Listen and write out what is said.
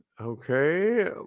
Okay